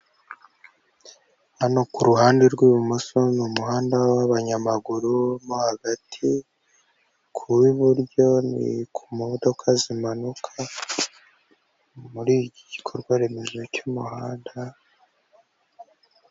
Hano ku ruhande rw'ibumoso n'umuhanda wabanyamaguru wo hagati ku w'iburyo ku modoka zimanuka muri iki gikorwa remezo cy'umuhanda.